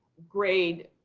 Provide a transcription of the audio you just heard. grade